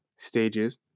Stages